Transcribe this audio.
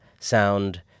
sound